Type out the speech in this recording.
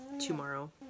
tomorrow